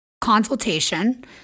consultation